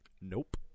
Nope